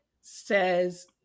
says